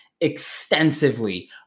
extensively